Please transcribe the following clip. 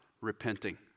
repenting